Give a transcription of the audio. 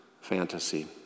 fantasy